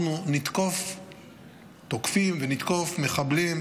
אנחנו תוקפים ונתקוף מחבלים,